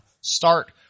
Start